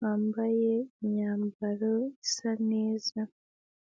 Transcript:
wambaye imyambaro isa neza.